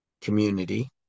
community